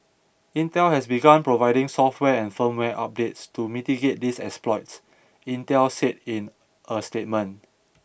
Intel has begun providing software and firmware updates to mitigate these exploits Intel said in a statement